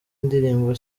ndirimbo